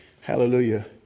Hallelujah